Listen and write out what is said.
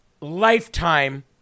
lifetime